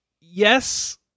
yes